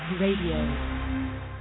Radio